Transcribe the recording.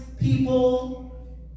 people